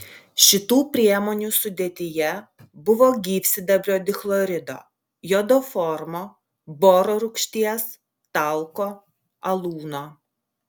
šitų priemonių sudėtyje buvo gyvsidabrio dichlorido jodoformo boro rūgšties talko alūno